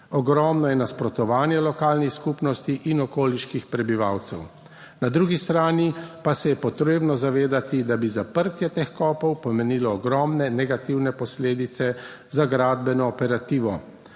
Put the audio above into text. ogromno je nasprotovanja lokalnih skupnosti in okoliških prebivalcev. Na drugi strani pa se je potrebno zavedati, da bi zaprtje teh kopov pomenilo ogromne negativne posledice za gradbeno operativo.